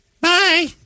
Bye